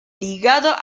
ligada